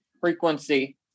frequency